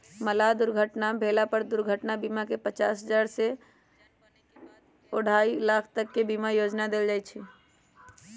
मलाह के दुर्घटना भेला पर दुर्घटना बीमा पचास हजार से अढ़ाई लाख तक के बीमा योजना देल जाय छै